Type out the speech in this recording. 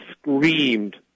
screamed